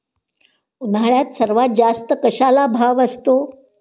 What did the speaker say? उन्हाळ्यात सर्वात जास्त कशाला भाव असतो?